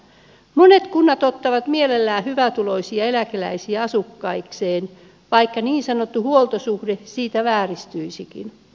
monet kunnat ottavat mielellään hyvätuloisia eläkeläisiä asukkaikseen vaikka niin sanottu huoltosuhde siitä vääristyisikin